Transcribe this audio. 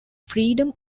freedom